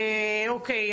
אוקי,